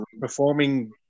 Performing